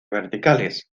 verticales